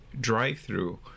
Drive-through